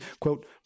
quote